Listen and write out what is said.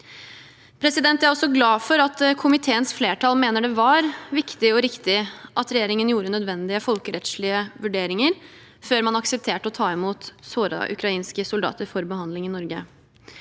Jeg er glad for at komiteens flertall mener det var viktig og riktig at regjeringen gjorde nødvendige folkerettslige vurderinger før man aksepterte å ta imot sårede ukrainske soldater for behandling i Norge.